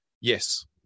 Yes